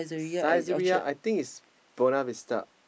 Saizeriya I think is Buona-Vista